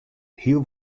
hiel